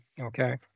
Okay